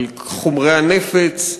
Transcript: על חומרי הנפץ.